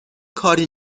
کاری